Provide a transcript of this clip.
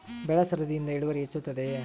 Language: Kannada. ಬೆಳೆ ಸರದಿಯಿಂದ ಇಳುವರಿ ಹೆಚ್ಚುತ್ತದೆಯೇ?